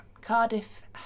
Cardiff